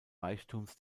reichtums